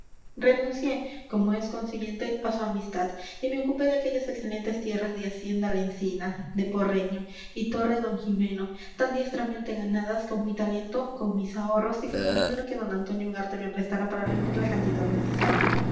renuncié como es consiguiente a su amistad y me ocupé de aquellas excelentes tierras de hiendelaencina de porreño y torre don jimeno tan diestramente ganadas con mi talento con mis ahorros y con el dinero que don antonio ugarte me prestara para reunir la cantidad necesaria